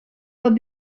but